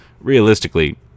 realistically